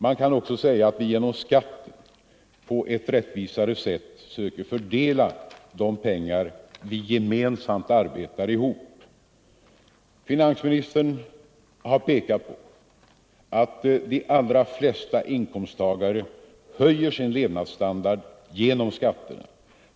Man kan också säga att vi genom skatten på ett rättvisare sätt söker fördela de pengar vi gemensamt arbetar ihop. Finansministern har framhållit att de allra flesta inkomsttagare höjer sin levnadsstandard genom skatterna.